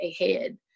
ahead